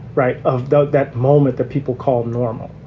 right. of that that moment that people call normal.